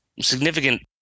significant